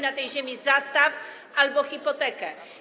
na tej ziemi zastaw albo hipotekę.